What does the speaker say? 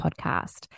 podcast